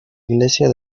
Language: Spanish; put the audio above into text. iglesia